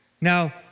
Now